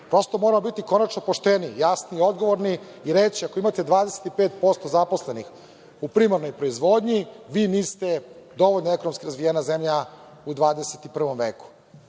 Prosto, morate biti konačno pošteni, jasni i odgovorni i reći – ako imate 25% zaposlenih u primarnoj proizvodnji, vi niste dovoljno ekonomski razvijena zemlja u 21. veku,